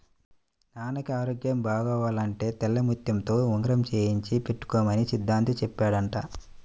నాన్నకి ఆరోగ్యం బాగవ్వాలంటే తెల్లముత్యంతో ఉంగరం చేయించి పెట్టుకోమని సిద్ధాంతి చెప్పాడంట